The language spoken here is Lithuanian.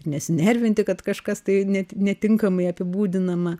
nesinervinti kad kažkas tai ne netinkamai apibūdinama